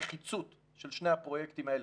הנחיצות של שני הפרויקטים האלה,